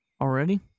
Already